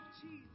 Jesus